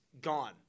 gone